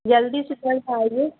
जल्दी से जल्द आइये